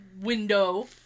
window